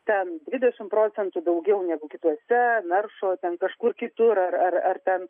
ten dvidešimt procentų daugiau negu kituose naršo ten kažkur kitur ar ar ten